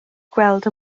gweld